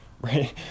Right